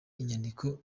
inyandiko